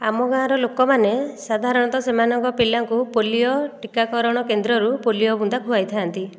ଆମ ଗାଁର ଲୋକମାନେ ସାଧାରଣତଃ ସେମାନଙ୍କ ପିଲାଙ୍କୁ ପୋଲିଓ ଟୀକାକରଣ କେନ୍ଦ୍ରରୁ ପୋଲିଓ ବୁନ୍ଦା ଖୁଆଇଥା'ନ୍ତି